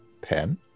pen